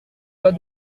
pas